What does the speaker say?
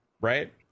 Right